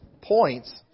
points